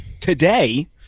Today